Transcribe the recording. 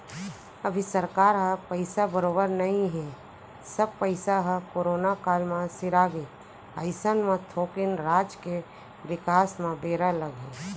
अभी सरकार ह पइसा बरोबर नइ हे सब पइसा ह करोना काल म सिरागे अइसन म थोकिन राज के बिकास म बेरा लगही